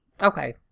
Okay